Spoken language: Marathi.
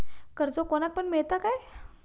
कर्ज कोणाक पण मेलता काय?